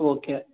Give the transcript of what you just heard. okay